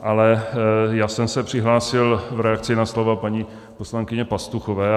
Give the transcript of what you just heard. Ale já jsem se přihlásil v reakci na slova paní poslankyně Pastuchové.